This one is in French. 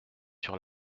sur